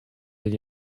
than